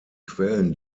quellen